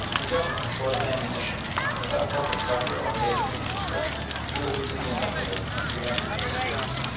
the governor, short of ammunition, and without hope of succour or aid of any description, yielded to the inevitable and surrendered with his troops.